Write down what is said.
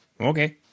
okay